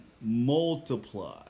multiply